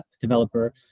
developer